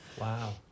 Wow